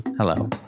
Hello